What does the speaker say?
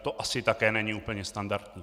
To asi také není úplně standardní.